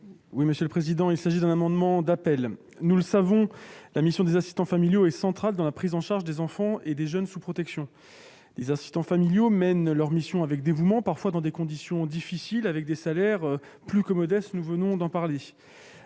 : La parole est à M. Xavier Iacovelli. Nous le savons, la mission des assistants familiaux est centrale dans la prise en charge des enfants et des jeunes sous protection. Les assistants familiaux mènent leur mission avec dévouement, parfois dans des conditions difficiles, avec des salaires plus que modestes, comme on vient de